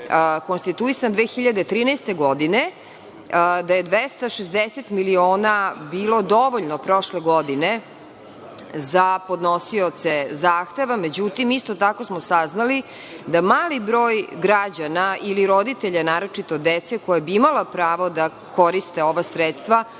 konstituisan 2013. godine, da je 260 miliona bilo dovoljno prošle godine za podnosioce zahteva. Međutim, isto tako smo saznali da mali broj građana ili roditelja naročito dece koja bi imala pravo da koriste ova sredstva